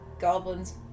goblins